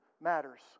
matters